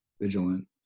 vigilant